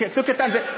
"צוק איתן" קרן אחרת,